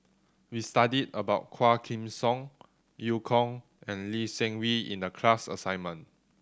we studied about Quah Kim Song Eu Kong and Lee Seng Wee in the class assignment